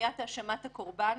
מניעת האשמת הקורבן.